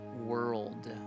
world